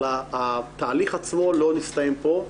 אבל התהליך עצמו לא מסתיים פה.